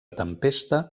tempesta